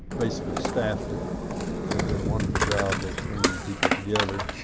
basically staffed it and did a wonderful job of bringing people together